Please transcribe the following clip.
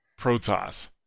Protoss